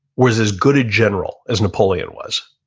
was as good a general as napoleon was.